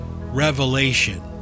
revelation